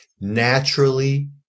naturally